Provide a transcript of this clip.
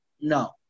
No